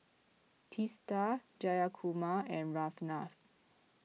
Teesta Jayakumar and Ramnath